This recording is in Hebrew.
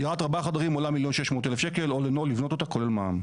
דירת ארבעה חדרים עולה 1.6 שקלים all in all לבנות אותה כולל מע"מ.